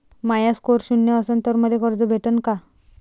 माया score शून्य असन तर मले कर्ज भेटन का?